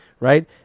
right